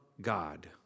God